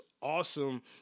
awesome